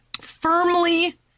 firmly